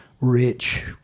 rich